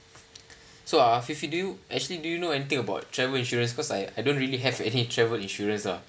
so afifi do you actually do you know anything about travel insurance because I I don't really have any travel insurance ah